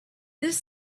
this